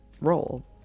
role